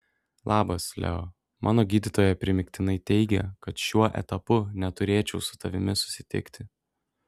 labas leo mano gydytoja primygtinai teigia kad šiuo etapu neturėčiau su tavimi susitikti